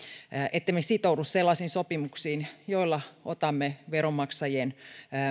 ettemme sitoudu sellaisiin sopimuksiin joilla otamme veronmaksajien